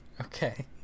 Okay